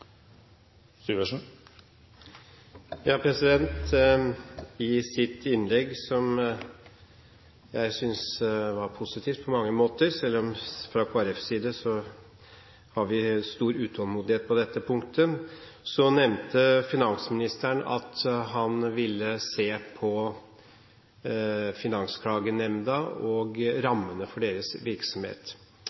I sitt innlegg – som jeg synes var positivt på mange måter, selv om vi fra Kristelig Folkepartis side har stor utålmodighet på dette punktet – nevnte finansministeren at han ville se på Finansklagenemnda og rammene for deres virksomhet.